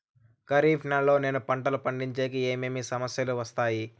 ఖరీఫ్ నెలలో నేను పంటలు పండించేకి ఏమేమి సమస్యలు వస్తాయి?